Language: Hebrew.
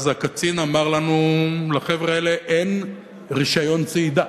אז הקצין אמר לנו: לחבר'ה האלה אין רשיון צעידה,